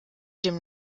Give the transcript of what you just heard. dem